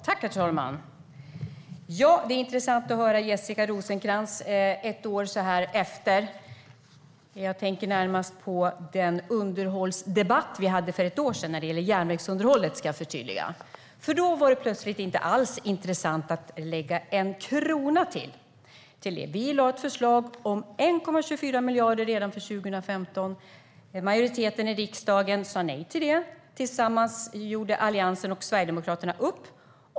Herr talman! Det är intressant att höra Jessica Rosencrantz ett år efter den debatt vi hade om järnvägsunderhållet. Då var det plötsligt inte alls intressant att lägga till en enda krona. Vi lade fram ett förslag om 1,24 miljarder redan för 2015. Majoriteten i riksdagen sa nej till det. Tillsammans gjorde Alliansen och Sverigedemokraterna upp.